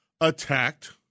attacked